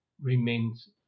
remains